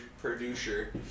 producer